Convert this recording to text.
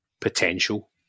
potential